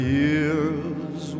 years